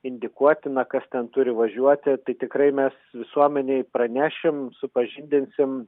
indikuotina kas ten turi važiuoti tai tikrai mes visuomenei pranešim supažindinsim